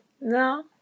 No